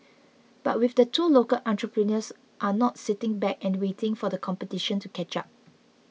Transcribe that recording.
but with the two local entrepreneurs are not sitting back and waiting for the competition to catch up